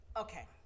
Okay